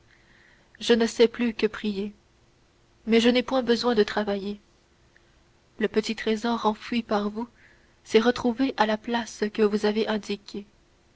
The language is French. je ne sais plus que prier mais je n'ai point besoin de travailler le petit trésor enfoui par vous s'est retrouvé à la place que vous avez indiquée